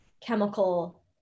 chemical